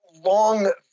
long